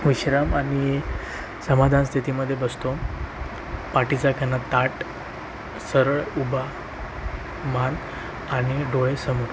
विश्राम आणि समाधान स्थितीमध्ये बसतो पाठीचा कणा ताठ सरळ उभा मान आणि डोळे समोर